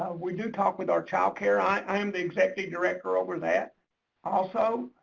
we do talk with our child care. i am the executive director over that also,